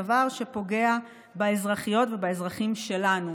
דבר שפוגע באזרחיות ובאזרחים שלנו.